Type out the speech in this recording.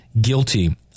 guilty